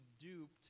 duped